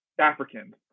Africans